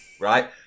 Right